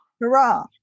Hurrah